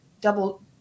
Double